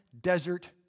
desert